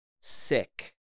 Sick